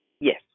Yes